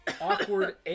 awkward